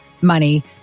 money